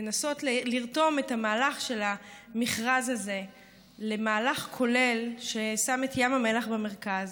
לנסות לרתום את המהלך של המכרז הזה למהלך כולל ששם את ים המלח במרכז,